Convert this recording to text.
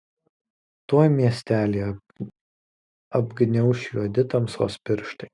tuoj miestelį apgniauš juodi tamsos pirštai